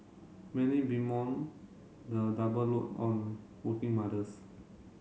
many bemoan the double load on working mothers